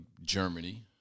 Germany